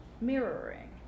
mirroring